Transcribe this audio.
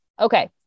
Okay